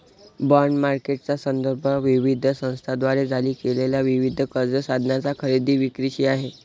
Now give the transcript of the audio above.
bond मार्केटचा संदर्भ विविध संस्थांद्वारे जारी केलेल्या विविध कर्ज साधनांच्या खरेदी विक्रीशी आहे